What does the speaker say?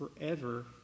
forever